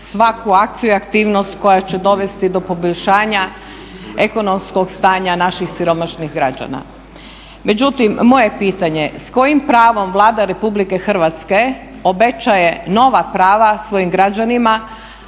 svaku akciju i aktivnost koja će dovesti do poboljšanja ekonomskog stanja naših siromašnih građana. Međutim, moje pitanje je s kojim pravom Vlada Republike Hrvatske obećaje nova prava svojim građanima